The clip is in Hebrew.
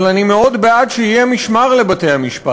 אבל אני מאוד בעד שיהיה משמר לבתי-המשפט.